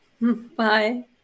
Bye